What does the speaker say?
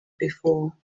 before